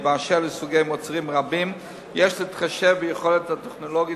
באשר לסוגי מוצרים רבים יש להתחשב ביכולת הטכנולוגית